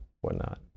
whatnot